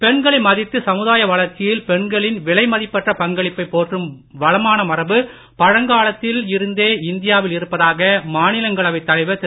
பெண்களை மதித்து சமுதாய வளர்ச்சியில் பெண்களின் விலை மதிப்பற்ற பங்களிப்பை போற்றும் வளமான மரபு பழங்காலத்தில் இந்தியாவில் இருப்பதாக மாநிலங்களவைத் தலைவர் திரு